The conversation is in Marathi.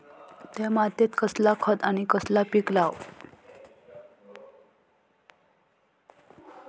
त्या मात्येत कसला खत आणि कसला पीक लाव?